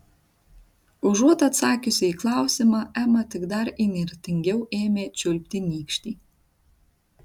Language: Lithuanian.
užuot atsakiusi į klausimą ema tik dar įnirtingiau ėmė čiulpti nykštį